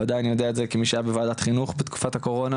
ודאי אני יודע את זה כמי שהיה בוועדת החינוך בתקופת הקורונה,